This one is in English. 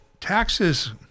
taxes